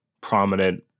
prominent